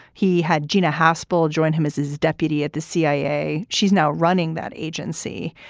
he had gina haspel joined him as his deputy at the cia. she's now running that agency.